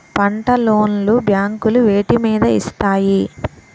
పంట లోన్ లు బ్యాంకులు వేటి మీద ఇస్తాయి?